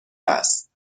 است